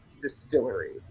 distillery